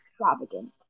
extravagant